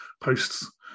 posts